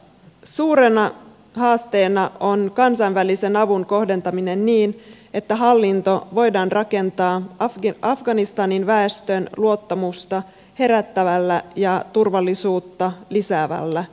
suurena haasteena on kansainvälisen avun kohdentaminen niin että hallinto voidaan rakentaa afganistanin väestön luottamusta herättävällä ja turvallisuutta lisäävällä tavalla